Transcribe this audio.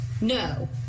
No